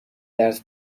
درس